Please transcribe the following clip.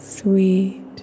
Sweet